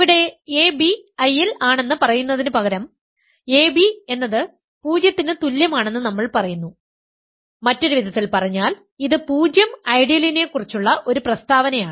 ഇവിടെ ab I ൽ ആണെന്ന് പറയുന്നതിനുപകരം ab എന്നത് 0 ന് തുല്യമാണെന്ന് നമ്മൾ പറയുന്നു മറ്റൊരു വിധത്തിൽ പറഞ്ഞാൽ ഇത് 0 ഐഡിയലിനെക്കുറിച്ചുള്ള ഒരു പ്രസ്താവനയാണ്